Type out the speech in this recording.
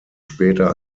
später